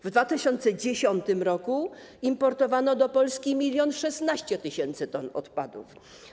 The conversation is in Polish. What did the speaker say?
W 2010 r. importowano do Polski 1016 tys. t odpadów.